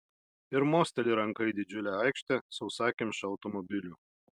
ir mosteli ranka į didžiulę aikštę sausakimšą automobilių